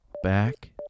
Back